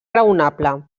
raonable